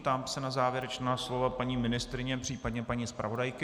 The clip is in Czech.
Ptám se na závěrečná slova paní ministryně, případně paní zpravodajky.